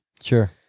Sure